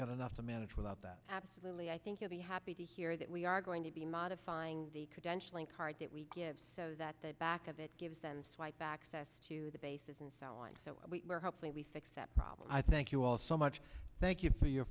got enough to manage without that absolutely i think you'll be happy to hear that we are going to be modifying the credentialing card that we give so that the back of it gives then swipe back to the bases and so on so we're hopefully we fix that problem i thank you all so much thank you for your